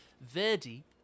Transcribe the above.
Verdi